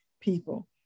people